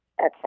Okay